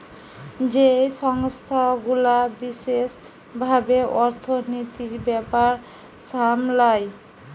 যেই সংস্থা গুলা বিশেষ ভাবে অর্থনীতির ব্যাপার সামলায়